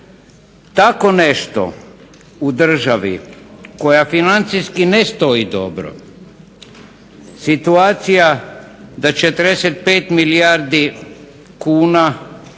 Tako nešto u državi koja financijski ne stoji dobro situacija da 45 milijardi kuna